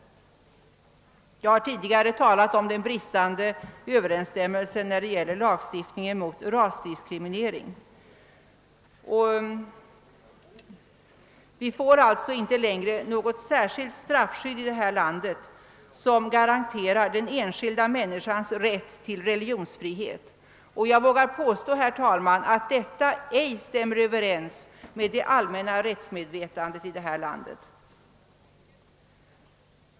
Jag har tidigare talat om den bristande överensstämmelsen mellan detta och lagstiftningen mot rasdiskriminering. Vi får alltså i fortsättningen inte något särskilt straffskydd, som garanterar den enskilda människans rätt till religionsfrihet. Jag vågar påstå att detta inte stämmer överens med det allmänna rättsmedvetandet här i landet.